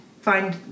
find